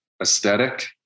aesthetic